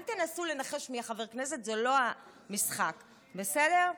אל תנסו לנחש מי חבר הכנסת, זה לא המשחק, בסדר?